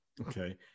Okay